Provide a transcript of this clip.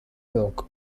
york